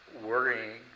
worrying